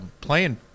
playing